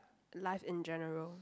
life in general